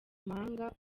mahanga